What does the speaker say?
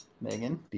Megan